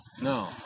no